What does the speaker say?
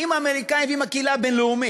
אליהן עד כה עם האמריקנים ועם הקהילה הבין-לאומית